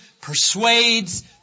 persuades